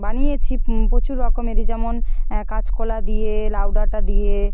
বানিয়েছি প্রচুর রকমেরই যেমন কাঁচকলা দিয়ে লাউ ডাঁটা দিয়ে